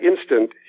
instant